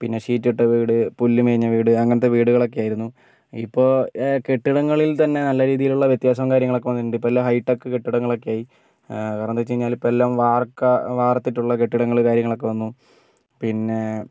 പിന്നെ ഷീറ്റ് ഇട്ട വീട് പുല്ല് മേഞ്ഞ വീട് അങ്ങനത്തെ വീടുകളൊക്കെയായിരുന്നു ഇപ്പോൾ കെട്ടിടങ്ങളിൽ തന്നെ നല്ല രീതിയിലുള്ള വ്യത്യാസോം കാര്യങ്ങളൊക്കെയുണ്ട് ഇപ്പെല്ലാം ഹയ് ടെക് കെട്ടിടങ്ങളൊക്കെയി കാരണം എന്താന്ന് വെച്ച് കഴിഞ്ഞാലിപ്പോൾ വാർക്ക വാർത്തിട്ടുള്ള കെട്ടിടങ്ങളും കാര്യങ്ങളൊക്കെ വന്നു പിന്നേ